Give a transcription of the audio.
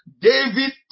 David